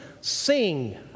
sing